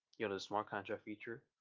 you know, the smart contract feature,